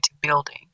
building